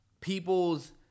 people's